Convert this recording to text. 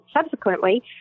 subsequently